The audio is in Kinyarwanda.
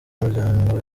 umuryango